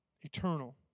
eternal